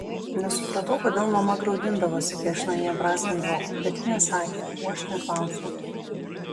nesupratau kodėl mama graudindavosi kai aš namie brązgindavau bet ji nesakė o aš neklausiau